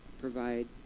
provide